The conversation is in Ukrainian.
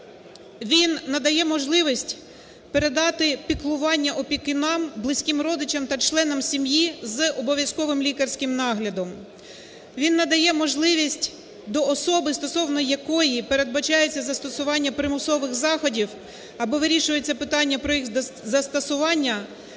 Він надає можливість передати піклування опікунам, близьким родичам та членам сім'ї з обов'язковим лікарським наглядом. Він надає можливість до особи, стосовно якої передбачається застосування примусових заходів або вирішується питання про їх застосування,